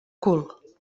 cul